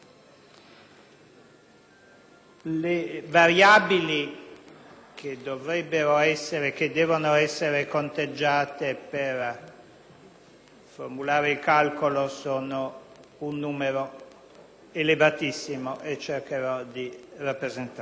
Le variabili che devono essere conteggiate per formulare il calcolo sono un numero elevatissimo e cercherò di rappresentarle.